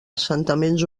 assentaments